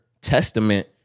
testament